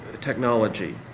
technology